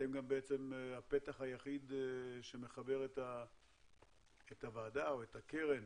אתם גם בעצם הפתח היחיד שמחבר את הוועדה או את הקרן